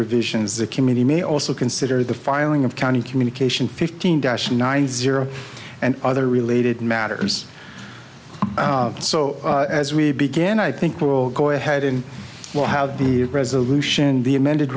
revisions the committee may also consider the filing of county communication fifteen dash nine zero and other related matters so as we begin i think will go ahead and we'll have the resolution the amended